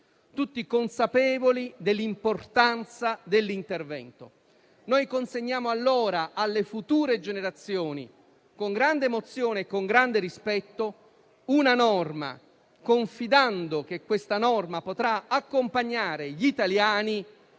tutti consapevoli dell'importanza dell'intervento. Consegniamo allora una norma alle future generazioni - con grande emozione e con grande rispetto - confidando che la stessa potrà accompagnare gli italiani